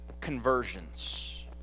conversions